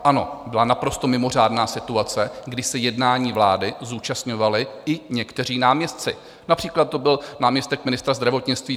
Ano, byla naprosto mimořádná situace, kdy se jednání vlády zúčastňovali i někteří náměstci, například to byl náměstek ministra zdravotnictví.